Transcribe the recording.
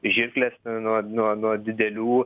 žirklės nuo nuo nuo didelių